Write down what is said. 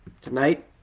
tonight